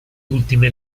ultime